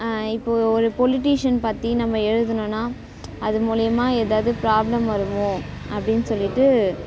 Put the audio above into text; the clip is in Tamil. இப்போது ஒரு பொலிட்டீஷன் பற்றி நம்ம எழுதுணும்னா அது மூலியமாக எதாவது ப்ராப்லம் வருமோ அப்படின்னு சொல்லிட்டு